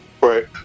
Right